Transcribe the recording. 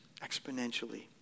exponentially